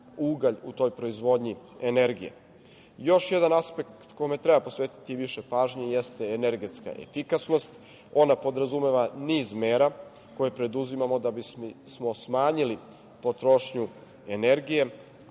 ugalj u toj proizvodnji energije. Još jedan aspekt kome treba posvetiti više pažnje jeste energetska efikasnost. Ona podrazumeva niz mera koje preduzimamo da bismo smanjili potrošnju energije,